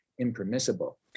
impermissible